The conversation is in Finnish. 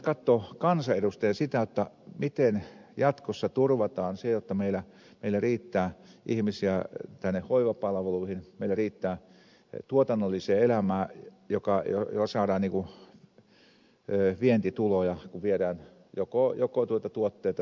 meidän pitäisi katsoa kansanedustajina sitä miten jatkossa turvataan se jotta meillä riittää ihmisiä hoivapalveluihin meillä riittää tuotannolliseen elämään jolla saadaan vientituloja kun viedään joko tuotteita tai palveluita ulos